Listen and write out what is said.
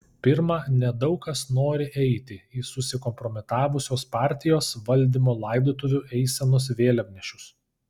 pirma nedaug kas nori eiti į susikompromitavusios partijos valdymo laidotuvių eisenos vėliavnešius